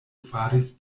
faris